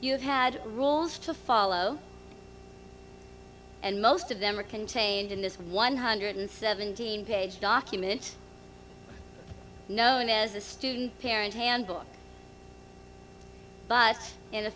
you had rules to follow and most of them are contained in this one hundred seventeen page document known as the student parent handbook but in a